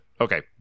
Okay